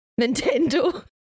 Nintendo